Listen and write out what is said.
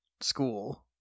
school